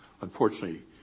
Unfortunately